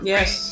Yes